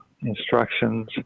instructions